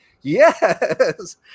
yes